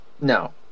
No